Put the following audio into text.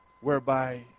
whereby